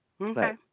okay